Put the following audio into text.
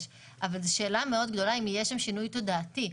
שאלה מאוד גדולה אם יהיה שם שינוי תודעתי.